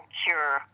cure